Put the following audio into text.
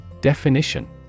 Definition